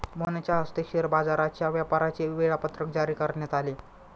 मोहनच्या हस्ते शेअर बाजाराच्या व्यापाराचे वेळापत्रक जारी करण्यात आले